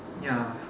ya